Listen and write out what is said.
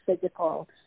physical